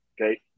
Okay